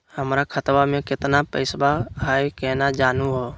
हमर खतवा मे केतना पैसवा हई, केना जानहु हो?